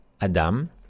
Adam